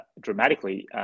dramatically